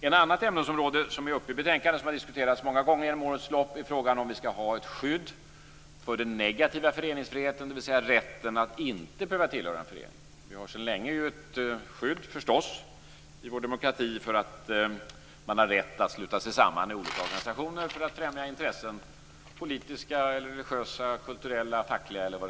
Ett annat ämnesområde som är uppe i betänkandet och som har diskuterats många gånger genom årens lopp är frågan om huruvida vi skall ha ett skydd för den negativa föreningsfriheten, dvs. rätten att inte behöva tillhöra en förening. Vi har förstås sedan länge ett skydd i vår demokrati för att man har rätt att sluta sig samman i olika organisationer för att främja intressen. Det kan vara politiska, religiösa, kulturella eller fackliga intressen.